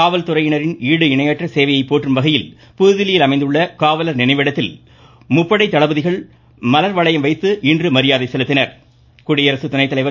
காவல்துறையினரின் ஈடு இணையற்ற சேவையை போற்றும் வகையில் புதுதில்லியில் அமைந்துள்ள காவலர் நினைவிடத்தில் முப்படை தளபதிகள் மலர் வளையம் வைத்து இன்று மரியாதை செலுத்தினர்